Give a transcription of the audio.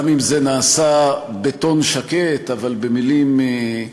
גם אם זה נעשה בטון שקט, אבל במילים,